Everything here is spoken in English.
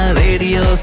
radio